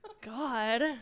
God